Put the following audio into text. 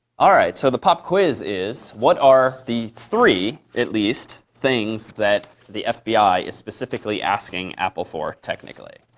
all right. so the pop quiz is what are the three, at least, things that the fbi is specifically asking apple for technically?